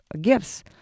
gifts